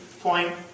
point